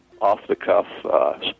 off-the-cuff